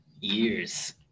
Years